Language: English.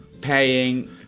paying